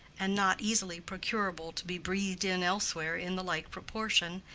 and not easily procurable to be breathed in elsewhere in the like proportion,